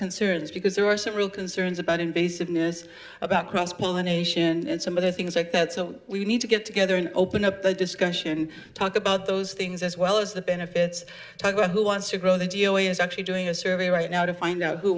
concerns because there are several concerns about invasiveness about cross pollination and some other things like that so we need to get together and open up the discussion talk about those things as well as the benefits tiger who wants to grow the g a o is actually doing a survey right now to find out who